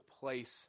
place